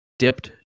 dipped